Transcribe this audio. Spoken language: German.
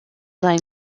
sein